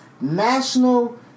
national